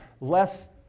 less